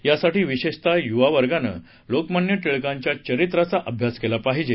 यासाठी विशेषतः यूवा वर्गांनं लोकमान्य टिळकांच्या चरित्राचा अभ्यास केला पाहिजे